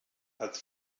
hat